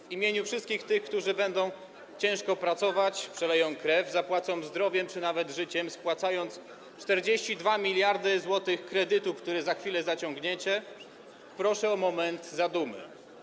W imieniu wszystkich tych, którzy będą ciężko pracować, przeleją krew, zapłacą zdrowiem czy nawet życiem, spłacając 42 mld zł kredytu, który za chwilę zaciągnięcie, proszę o moment zadumy.